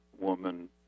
woman